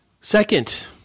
Second